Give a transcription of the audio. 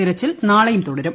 തിരച്ചിൽ നാളെയും തുടരും